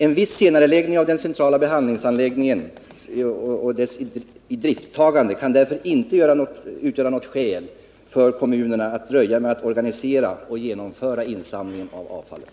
En viss senareläggning av den centrala behandlingsanläggningen och dess idrifttagande kan därför inte utgöra något skäl för kommunerna att dröja med att organisera och genomföra insamlingen av avfallet.